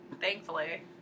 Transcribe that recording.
Thankfully